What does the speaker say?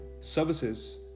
services